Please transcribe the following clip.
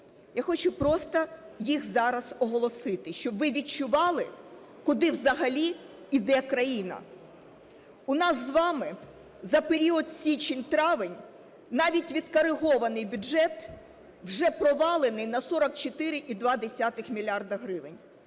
Я хочу просто їх зараз оголосити, щоб ви відчували, куди взагалі іде країна. У нас з вами за період січень-травень навіть відкоригований бюджет вже провалений на 44,2 мільярда